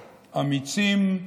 אמיצים,